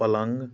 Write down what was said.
पलङ्ग